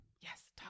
Yes